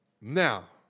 Now